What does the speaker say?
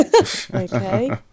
Okay